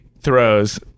throws